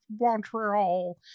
montreal